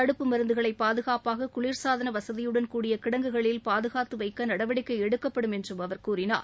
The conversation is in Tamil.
தடுப்பு மருந்துகளை பாதுகாப்பாக குளிர்சாதன வசதியுடன் கூடிய கிடங்குகளில் பாதுகாத்து வைக்க நடவடிக்கை எடுக்கப்படும் என்று கூறினார்